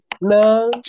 No